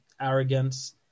arrogance